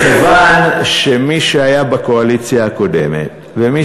מכיוון שמי שהיה בקואליציה הקודמת ומי